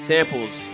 Samples